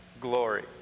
glory